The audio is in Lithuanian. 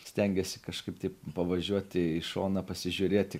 stengiasi kažkaip taip pavažiuoti į šoną pasižiūrėti